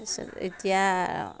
এতিয়া